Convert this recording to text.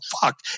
fuck